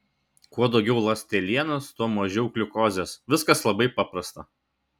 kuo daugiau ląstelienos tuo mažiau gliukozės viskas labai paprasta